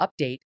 update